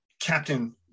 captain